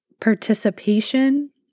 participation